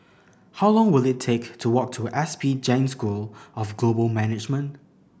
how long will it take to walk to S P Jain School of Global Management